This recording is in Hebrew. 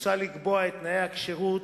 מוצע לקבוע את תנאי הכשירות